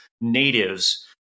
natives